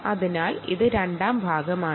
ഇതാണ് അതിന്റെ രണ്ടാം ഭാഗo